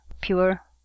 pure